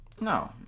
No